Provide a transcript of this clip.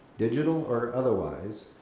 digital or otherwise,